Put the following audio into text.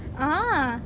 ah